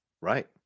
right